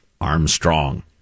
Armstrong